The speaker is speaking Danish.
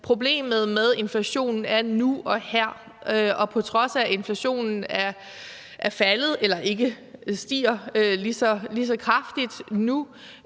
problemet med inflationen er nu og her. At inflationen er faldet eller ikke stiger lige så kraftigt nu,